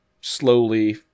slowly